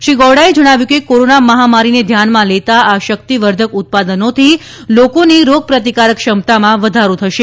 શ્રી ગૌડાએ જણાવ્યું કે કોરોના મહામારીને ધ્યાનમાં લેતા આ શક્તિવર્ધક ઉત્પાદનોથી લોકોની રોગપ્રતિકારક ક્ષમતામાં વધારો થશે